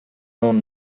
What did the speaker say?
non